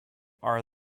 are